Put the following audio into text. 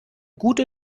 gute